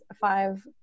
five